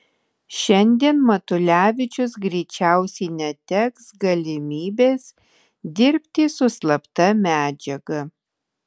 šiandien matulevičius greičiausiai neteks galimybės dirbti su slapta medžiaga